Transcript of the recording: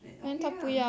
then okay lah